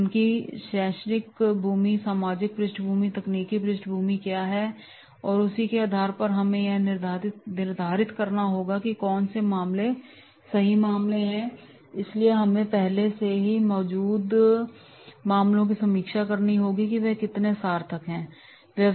उनकी शैक्षिक पृष्ठभूमि और सामाजिक पृष्ठभूमि और तकनीकी पृष्ठभूमि क्या है और फिर उसी के आधार पर हमें यह निर्धारित करना होगा कि कौन से मामले सही मामले हैं इसलिए हमें पहले से मौजूद मामलों की समीक्षा करनी होगी कि वे कितने सार्थक होंगे